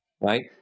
right